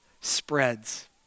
spreads